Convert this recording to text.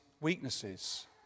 weaknesses